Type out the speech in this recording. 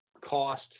cost